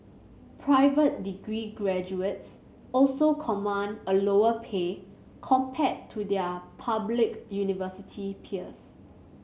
private degree graduates also command a lower pay compared to their public university peers